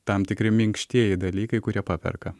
tam tikri minkštieji dalykai kurie paperka